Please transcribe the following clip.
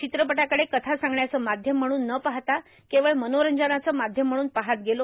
चित्रपटाकडे कथा सांगण्याचं माध्यम म्हणून न पाहता केवळ मनोरंजनाचं माध्यम म्हणून पाहत गेला